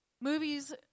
Movies